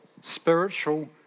spiritual